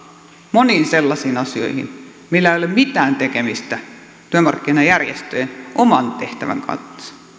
moniin sellaisiin asioihin millä ei ole mitään tekemistä työmarkkinajärjestöjen oman tehtävän kanssa